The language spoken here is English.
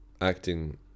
acting